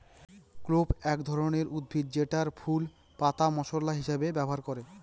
clove এক ধরনের উদ্ভিদ যেটার ফুল, পাতা মশলা হিসেবে ব্যবহার করে